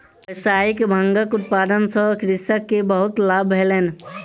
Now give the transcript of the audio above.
व्यावसायिक भांगक उत्पादन सॅ कृषक के बहुत लाभ भेलैन